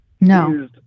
no